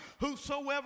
whosoever